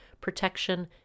protection